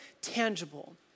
tangible